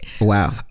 wow